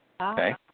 Okay